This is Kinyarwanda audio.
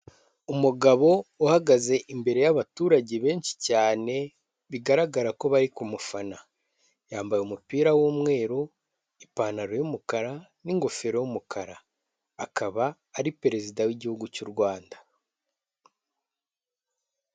Umugabo uhagaze imbere y'abaturage benshi cyane, bigaragara ko bari ku mufana, yambaye umupira w'umweru, ipantaro y'umukara n'ingofero y'umukara akaba ari perezida w'igihugu cy'u Rwanda.